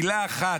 מילה אחת,